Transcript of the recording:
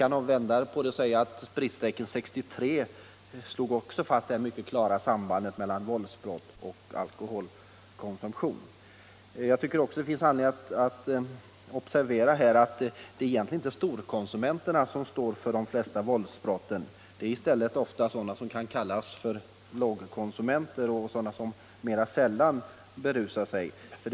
Jag vill också påminna om spritstrejken år 1963, som även den slog fast det mycket klara sambandet mellan våldsbrott och alkoholkonsumtion. Det finns f. ö. anledning att observera att det egentligen inte är storkonsumenterna som står för de flesta våldsbrotten, utan i stället de som mera sällan berusar sig och som kan kallas för ”lågkonsumenter”.